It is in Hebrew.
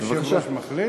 היושב-ראש מחליט?